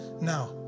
now